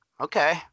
okay